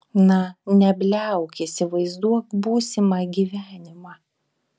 na nebliauk įsivaizduok būsimą gyvenimą